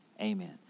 Amen